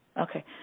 Okay